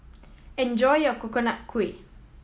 enjoy your Coconut Kuih